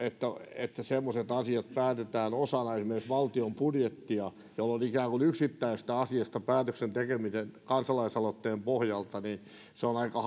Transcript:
että semmoiset asiat päätetään osana esimerkiksi valtion budjettia jolloin ikään kuin yksittäisestä asiasta päätöksen tekeminen kansalaisaloitteen pohjalta on aika